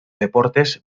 deportes